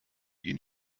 ihn